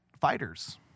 Fighters